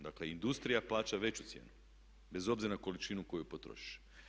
Dakle industrija plaća veću cijenu bez obzira na količinu koju potrošiš.